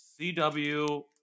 CW